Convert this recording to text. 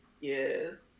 Yes